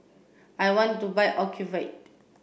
I want to buy Ocuvite